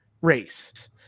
race